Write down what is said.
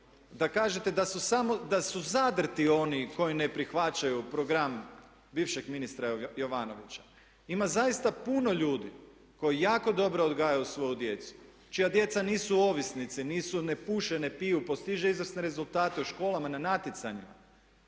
da kažete da su zadrti oni koji ne prihvaćaju program bivšeg ministra Jovanovića. Ima zaista puno ljudi koji jako dobro odgajaju svoju djecu, čija djeca nisu ovisnici, ne puše, ne piju, postižu izvrsne rezultate u školama na natjecanjima.